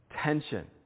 tension